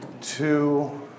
two